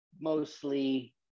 mostly